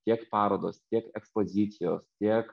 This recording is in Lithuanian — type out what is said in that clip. tiek parodos tiek ekspozicijos tiek